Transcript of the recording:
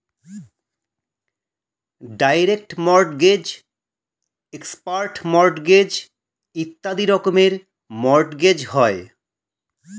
direct mortgage, expert mortgage ইত্যাদি রকমের mortgage হয়